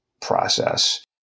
process